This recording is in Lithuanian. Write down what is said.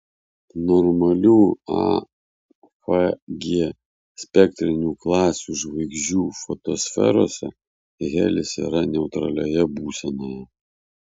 normalių a f g spektrinių klasių žvaigždžių fotosferose helis yra neutralioje būsenoje